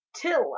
till